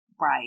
Right